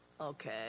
Okay